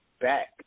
back